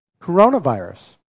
coronavirus